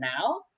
now